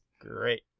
Great